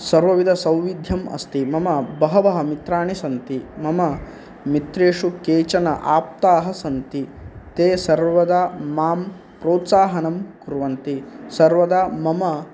सर्वविधसौविद्धयम् अस्ति मम बहवः मित्राणि सन्ति मम मित्रेषु केचन आप्ताः सन्ति ते सर्वदा मां प्रोत्साहं कुर्वन्ति सर्वदा मम